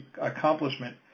accomplishment